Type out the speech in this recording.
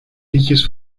liedjes